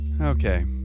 Okay